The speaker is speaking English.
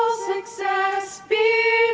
success be